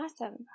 Awesome